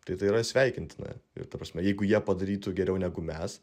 tai tai yra sveikintina ir ta prasme jeigu jie padarytų geriau negu mes